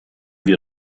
wir